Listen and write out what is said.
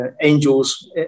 angels